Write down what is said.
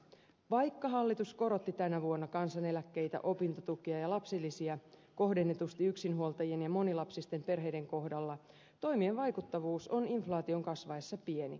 vaikka hallitus korotti tänä vuonna kansaneläkkeitä opintotukea ja lapsilisiä kohdennetusti yksinhuoltajien ja monilapsisten perheiden kohdalla toimien vaikuttavuus on inflaation kasvaessa pieni